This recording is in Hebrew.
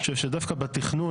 אני חושב שדווקא בתכנון,